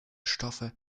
stoffe